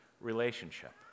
relationship